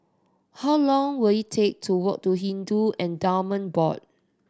how long will it take to walk to Hindu Endowment Board